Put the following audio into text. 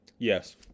Yes